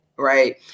right